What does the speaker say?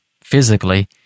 physically